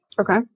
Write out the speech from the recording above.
Okay